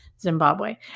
zimbabwe